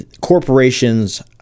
corporations